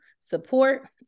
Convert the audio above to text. support